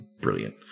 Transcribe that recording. brilliant